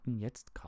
jetzt